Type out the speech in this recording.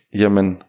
jamen